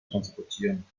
transportieren